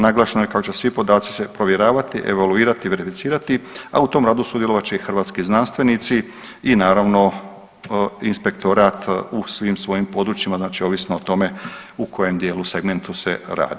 Naglašeno je kako će se svi podaci provjeravati, evoluirati, verificirati, a u tom radu sudjelovat će i hrvatski znanstvenici i naravno inspektorat u svim svojim područjima ovisno o tome u kojem dijelu segmentu se radi.